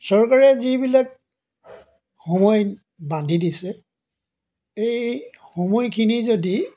চৰকাৰে যিবিলাক সময় বান্ধি দিছে এই সময়খিনি যদি